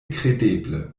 kredeble